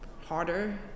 harder